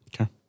Okay